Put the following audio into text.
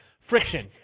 Friction